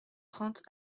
trente